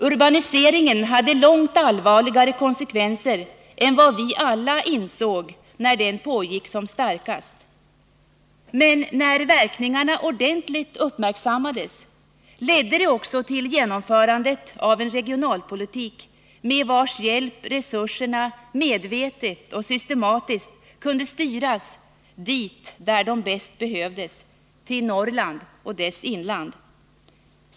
Urbaniseringen hade långt allvarligare konsekvenser än vi alla insåg när den pågick som starkast. Men när verkningarna ordentligt uppmärksammades ledde det också till genomförandet av en regionalpolitik med vars hjälp resurserna medvetet och systematiskt kunde styras dit där de bäst behövdes — till Norrland och dess inland.